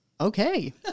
okay